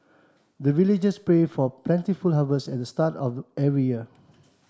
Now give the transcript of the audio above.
the villagers pray for plentiful harvest at the start of every year